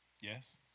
Yes